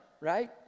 right